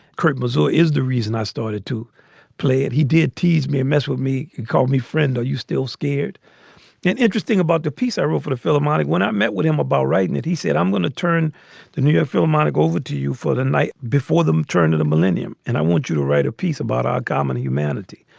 kurt mazola is the reason i started to play it. he did tease me a mess with me. called me friend. are you still scared? and interesting about the piece i wrote for the philharmonic when i met with him about writing and it. he said, i'm going to turn the new york philharmonic over to you for the night before them turn to the millennium. and i want you to write a piece about our common humanity.